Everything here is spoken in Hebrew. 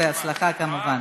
בהצלחה, כמובן.